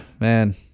man